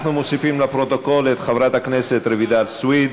אנחנו מוסיפים לפרוטוקול את חברת הכנסת רויטל סויד,